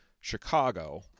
Chicago